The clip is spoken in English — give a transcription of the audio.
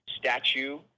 statue